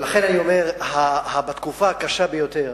ולכן אני אומר, בתקופה הקשה ביותר